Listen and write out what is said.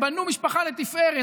בנו משפחה לתפארת,